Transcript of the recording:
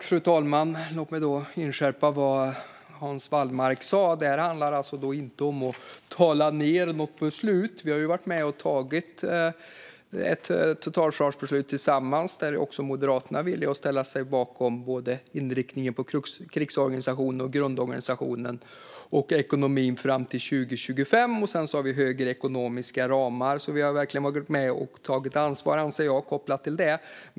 Fru talman! Låt mig inskärpa vad Hans Wallmark sa. Detta handlar inte om att tala ned något beslut. Vi har varit med om att ta ett totalförsvarsbeslut tillsammans, och där är också Moderaterna villiga att ställa sig bakom både inriktningen på krigsorganisationen och grundorganisationen och ekonomin fram till 2025. Sedan har vi större ekonomiska ramar, så vi har verkligen varit med och tagit ansvar, anser jag, kopplat till detta.